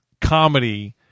comedy